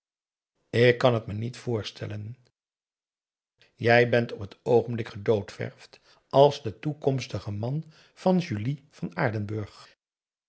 ik kan het me niet voorstellen jij bent op het oogenblik gedoodverfd als de toekomstige man van julie van aardenburg